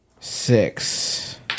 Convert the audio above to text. six